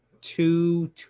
two